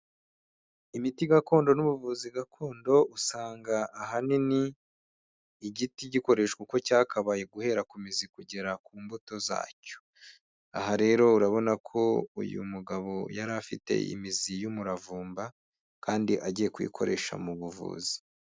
Imiti gakondo n'ubuvuzi gakondo usanga ahanini igiti gikoreshwa uko cyakabaye guhera ku mizi kugera ku mbuto zacyo, aha rero urabona ko uyu mugabo yari afite imizi y'umuravumba kandi agiye kuyikoresha mu buvuzi.